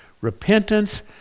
Repentance